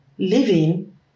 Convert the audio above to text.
living